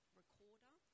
recorder